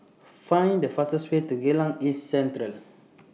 Find The fastest Way to Geylang East Central